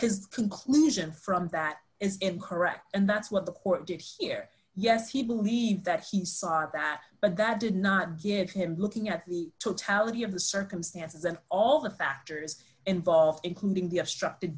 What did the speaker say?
his conclusion from that is incorrect and that's what the court did here yes he believes that he saw that but that did not give him looking at the totality of the circumstances and all the factors involved including the obstruct